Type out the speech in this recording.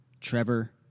Trevor